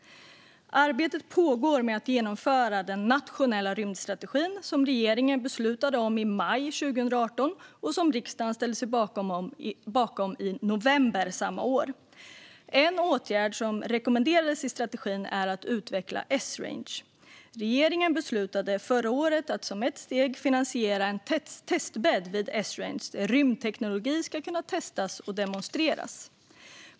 Arbetet pågår med att genomföra den nationella rymdstrategin som regeringen beslutade om i maj 2018 och som riksdagen ställde sig bakom i november samma år. En åtgärd som rekommenderas i strategin är att utveckla Esrange. Regeringen beslutade förra året att som ett steg finansiera en testbädd vid Esrange där rymdteknologi ska kunna testas och demonstreras.